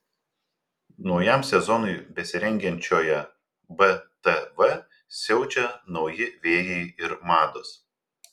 naujam sezonui besirengiančioje btv siaučia nauji vėjai ir mados